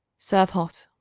serve hot.